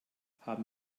haben